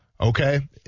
Okay